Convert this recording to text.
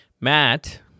Matt